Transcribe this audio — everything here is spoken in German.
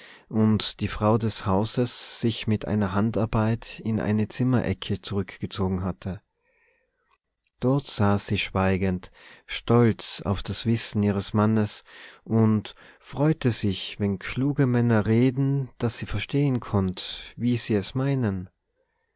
und die frau des hauses sich mit einer handarbeit in eine zimmerecke zurückgezogen hatte dort saß sie schweigend stolz auf das wissen ihres mannes und freute sich wenn kluge männer reden daß sie verstehen konnt wie sie es meinen